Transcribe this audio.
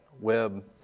web